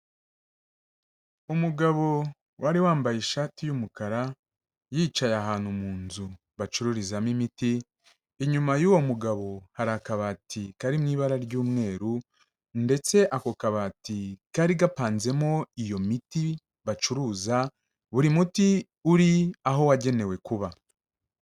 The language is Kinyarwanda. Umugabo wari wambaye ishati y'umukara, yicaye ahantu mu nzu bacururizamo imiti, inyuma y'uwo mugabo hari akabati kari mu ibara ry'umweru ndetse ako kabati kari gapanzemo iyo miti bacuruza, buri muti uri aho wagenewe kuba.